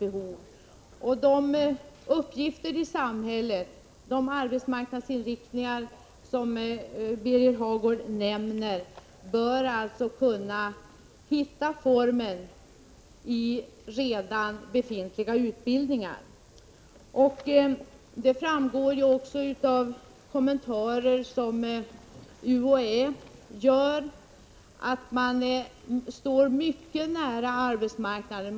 Utbildningen för de uppgifter i samhället som Birger Hagård nämner bör alltså kunna hitta formen i redan befintliga linjer. Det framgår också av kommentarer som UHÄ gör att man står mycket nära arbetsmarknaden.